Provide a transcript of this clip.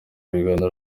ibiganiro